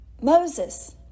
Moses